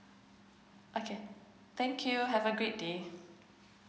okay thank you have a great day